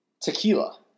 tequila